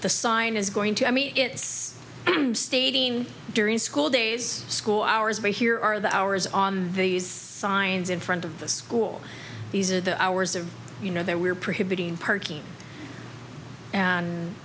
the sign is going to i mean it's i'm stating during school days school hours but here are the hours on these signs in front of the school these are the hours of you know they were p